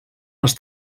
les